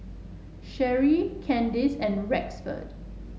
Sherree Candice and Rexford